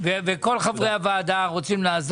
וכל חברי הוועדה גם כך.